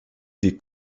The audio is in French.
des